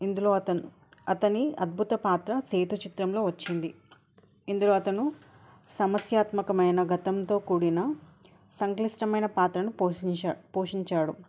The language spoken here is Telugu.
ఇందులో అతను అతని అద్భుత పాత్ర సేతు చిత్రంలో వచ్చింది ఇందులో అతను సమస్యత్మకమైన గతంతో కూడిన సంక్లిష్టమైన పాత్రను పోషించా పోషించాడు